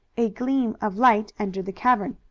a gleam of light entered the cavern.